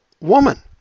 woman